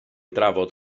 drafod